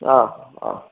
हा हा